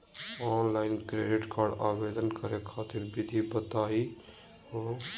Online credit card आवेदन करे खातिर विधि बताही हो?